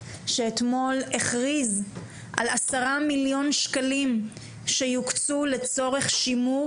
שאתמול הכריז על עשרה מיליון שקלים שיוקצו לצורך שימור